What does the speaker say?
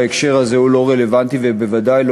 בהקשר הזה הוא לא רלוונטי ובוודאי לא